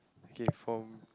okay for